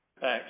thanks